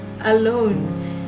Alone